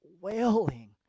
Wailing